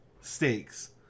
steaks